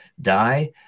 die